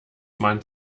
man